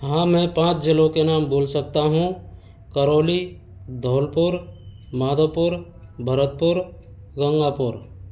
हाँ मैं पाँच ज़िलों के नाम बोल सकता हूँ करौली धौलपुर माधवपुर भरतपुर गंगापुर